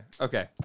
okay